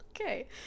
Okay